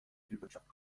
viehwirtschaft